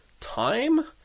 time